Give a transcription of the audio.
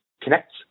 connect